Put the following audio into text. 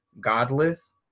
godless